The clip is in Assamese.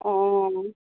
অ